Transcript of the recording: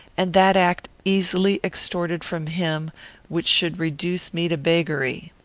and that act easily extorted from him which should reduce me to beggary.